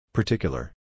Particular